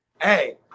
Hey